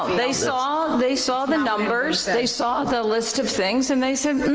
they saw they saw the numbers, they saw the list of things and they said, and